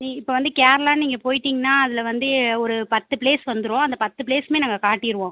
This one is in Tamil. இ இப்போ வந்து கேரளா நீங்கள் போய்விட்டிங்கன்னா அதில் வந்து ஒரு பத்து பிளேஸ் வந்துடும் அந்த பத்து பிளேஸ்ஸுமே நாங்கள் காட்டிடுவோம்